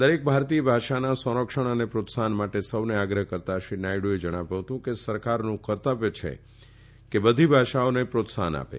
દરેક ભારતીય ભાષાના સંરક્ષણ અને પ્રોત્સાફન માટે સૌને આગ્રહ કરતા શ્રી નાયડુએ જણાવ્યું કે સરકારનું કર્તવ્ય છે કે બધી ભાષાઓને પ્રોત્સાહન આપે